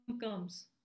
comes